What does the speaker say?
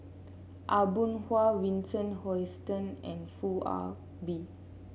Aw Boon Haw Vincent Hoisington and Foo Ah Bee